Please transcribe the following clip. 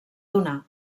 donar